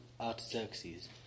Artaxerxes